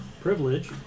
privilege